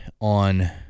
on